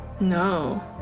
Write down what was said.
No